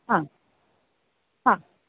हा हा